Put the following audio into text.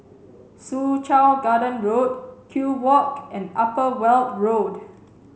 Soo Chow Garden Road Kew Walk and Upper Weld Road